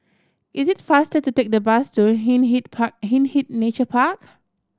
it is faster to take the bus to Hindhede Park Hindhede Nature Park